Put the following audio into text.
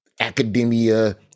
academia